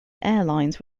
airlines